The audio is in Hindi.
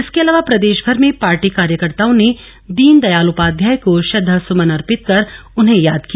इसके अलावा प्रदेशमर में पार्टी कार्यकर्ताओं ने दीनदयाल उपाध्याय को श्रद्धा सुमन अर्पित कर उन्हें याद किया